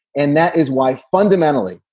and that is why, fundamentally,